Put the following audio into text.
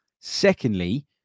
Secondly